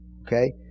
Okay